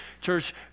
church